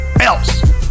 Else